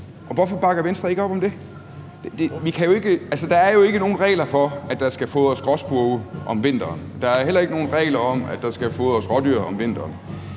Hvorfor bakker Venstre ikke op om det? Der er jo ikke nogen regler for, at der skal fodres gråspurve om vinteren. Der er heller ikke nogen regler om, at der skal fodres rådyr om vinteren.